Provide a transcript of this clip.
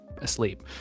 asleep